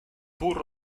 pur